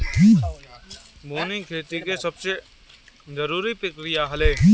बोअनी खेती के सबसे जरूरी प्रक्रिया हअ